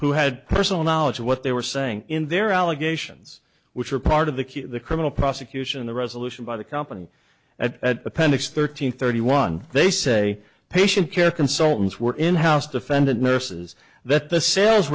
who had personal knowledge of what they were saying in their allegations which are part of the key to the criminal prosecution the resolution by the company at appendix thirteen thirty one they say patient care consultants were in house defendant nurses that the sales